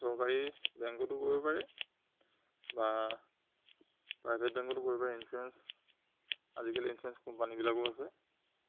চৰকাৰী বেংকতো কৰিব পাৰে বা প্ৰাইভেট বেংকতো কৰিব পাৰে ইঞ্চুৰেঞ্চ আজিকালি ইঞ্চুৰেঞ্চ কোম্পানীিবিলাকো আছে